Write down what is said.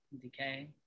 decay